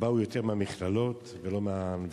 באו יותר מהמכללות ולא מהאוניברסיטאות,